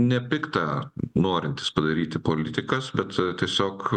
nepikta norintys padaryti politikas bet tiesiog